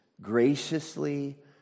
graciously